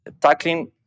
tackling